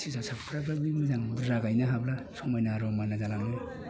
थिथासाबफ्राबो मोजां बुरजा गायनो हाब्ला समायना रमायना जालाङो